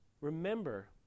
Remember